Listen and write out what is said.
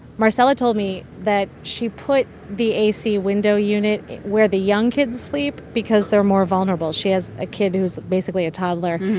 marcela told me that she put the ac window unit where the young kids sleep because they're more vulnerable. she has a kid who's basically a toddler,